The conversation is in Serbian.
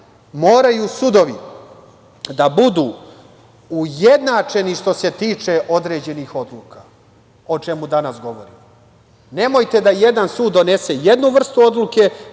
Moraju sudovi da budu ujednačeni što se tiče određenih odluka, o čemu danas govorimo. Nemojte da jedan sud donese jednu vrstu odluke,